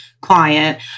client